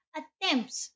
attempts